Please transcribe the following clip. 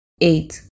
eight